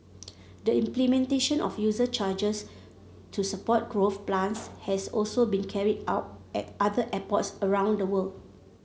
the implementation of user charges to support growth plans has also been carried out at other airports around the world